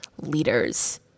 leaders